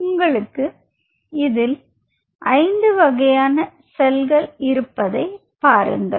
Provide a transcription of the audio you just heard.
உங்களுக்கு இதில் ஐந்து வகையான செல்கள் இருப்பதை பாருங்கள்